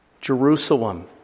Jerusalem